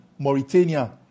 Mauritania